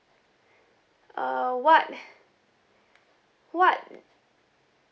uh what what